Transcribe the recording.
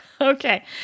Okay